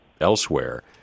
elsewhere